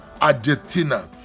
Argentina